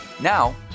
Now